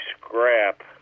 scrap